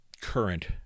current